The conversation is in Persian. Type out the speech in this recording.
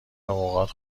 اوقات